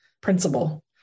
principle